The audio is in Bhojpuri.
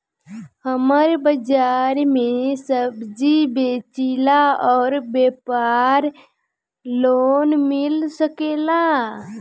हमर बाजार मे सब्जी बेचिला और व्यापार लोन मिल सकेला?